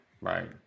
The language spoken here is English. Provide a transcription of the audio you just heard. Right